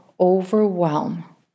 Overwhelm